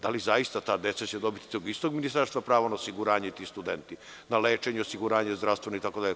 Da li će zaista ta deca dobiti od tog istog ministarstva pravo na osiguranje i ti studenti na lečenje, zdravstveno osiguranje itd?